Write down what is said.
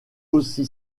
aussi